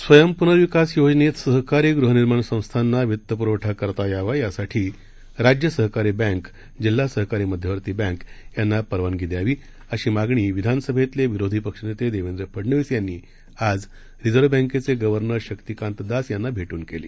स्वयंप्नर्विकासयोजनेतसहकारीगृहनिर्माणसंस्थांनावित्तप्रवठाकरतायावा यासाठीराज्यसहकारीबँक जिल्हासहकारीमध्यवर्तीबँकांनापरवानगीद्यावी अशीमागणीविधानसभेतलेविरोधीपक्षनेतेदेवेंद्रफडनवीसयांनीआजरिझर्व्हबँकेचेगव्हर्नरशक्तिकांतादासयांनाभेट्रनकेली